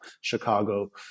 Chicago